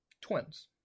Twins